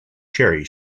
cherry